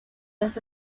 las